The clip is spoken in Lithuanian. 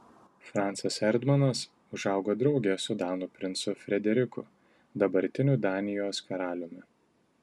francas erdmanas užaugo drauge su danų princu frederiku dabartiniu danijos karaliumi